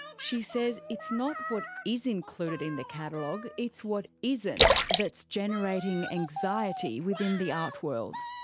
she says it's not what is included in the catalogue. it's what isn't that's generating anxiety within the art world.